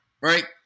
right